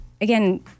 again